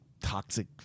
toxic